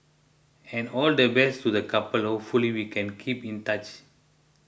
and all the best to the couple hopefully we can keep in touch